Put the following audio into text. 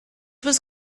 was